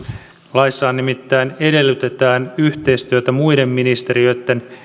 laissahan nimittäin edellytetään yhteistyötä muiden ministeriöitten